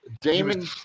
Damon –